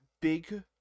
big